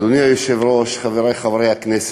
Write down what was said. אדוני היושב-ראש, חברי חברי הכנסת,